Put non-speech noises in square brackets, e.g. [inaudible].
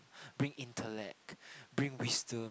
[breath] bring intellect bring wisdom